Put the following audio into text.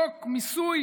חוק מיסוי